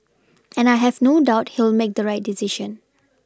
and I have no doubt he'll make the right decision